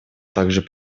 также